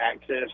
access